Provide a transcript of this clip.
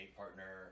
partner